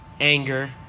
anger